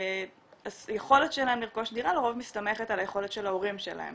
אז היכולת שלכם לרכוש דירה לרוב מסתמכת על היכולת של ההורים שלהם